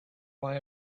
buy